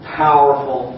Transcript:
powerful